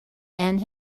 and